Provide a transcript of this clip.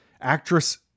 Actress